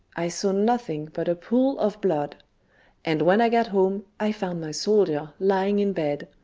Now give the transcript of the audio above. i saw nothing but a pool of blood and when i got home, i found my soldier lying in bed,